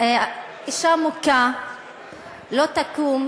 אישה מוכה לא תקום